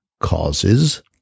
causes